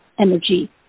energy